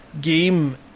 game